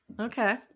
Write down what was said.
Okay